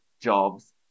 jobs